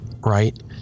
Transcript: Right